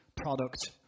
product